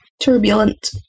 Turbulent